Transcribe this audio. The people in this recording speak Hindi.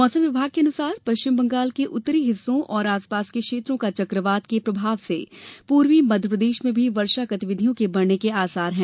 मौसम विभाग के अनुसार पश्चिम बंगाल के उत्तरी हिस्सों और आसपास के क्षेत्रों का चक्रवात के प्रभाव से पूर्वी मध्य प्रदेश में भी वर्षा गतिविधियों के बढ़ने के आसार है